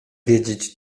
wiedzieć